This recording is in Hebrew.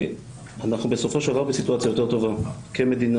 אנחנו בסופו של דבר בסיטואציה יותר טובה כמדינה.